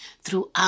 throughout